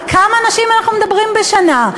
על כמה נשים אנחנו מדברים בשנה?